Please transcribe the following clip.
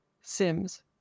Sims